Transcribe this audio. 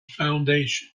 foundation